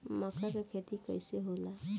मका के खेती कइसे होला?